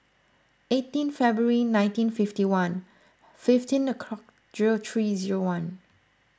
eighteen February nineteen fifty one fifteen o'clock zero three zero one